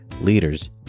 leaders